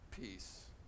peace